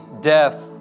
death